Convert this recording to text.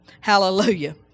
Hallelujah